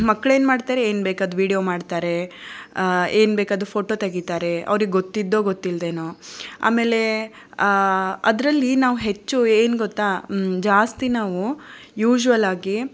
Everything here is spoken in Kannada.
ಮಕ್ಳೇನು ಮಾಡ್ತಾರೆ ಏನು ಬೇಕು ಅದು ವಿಡಿಯೋ ಮಾಡ್ತಾರೆ ಏನು ಬೇಕು ಅದು ಫೋಟೋ ತೆಗಿತಾರೆ ಅವ್ರಿಗೆ ಗೊತ್ತಿದ್ದೋ ಗೊತ್ತಿಲ್ಲದೇನೋ ಆಮೇಲೆ ಅದರಲ್ಲಿ ನಾವು ಹೆಚ್ಚು ಏನು ಗೊತ್ತಾ ಜಾಸ್ತಿ ನಾವು ಯೂಶ್ವಲ್ಲಾಗಿ